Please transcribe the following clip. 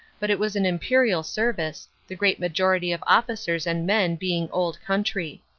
but it was an inlperial service, the great majority of officers and men being old country.